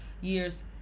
years